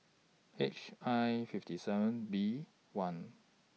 H I fifty seven B one